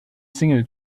single